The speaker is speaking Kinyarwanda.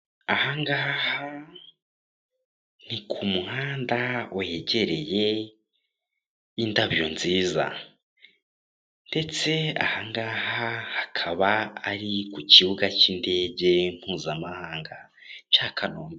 Aha ngaha, ni ku muhanda wegereye indabyo nziza. Ndetse aha ngaha hakaba ari ku kibuga cy'indege Mpuzamahanga cya Kanombe.